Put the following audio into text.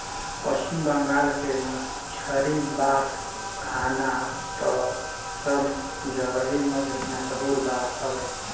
पश्चिम बंगाल के मछरी बात खाना तअ सब जगही मसहूर हवे